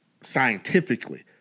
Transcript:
scientifically